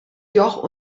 joch